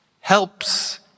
Helps